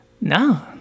no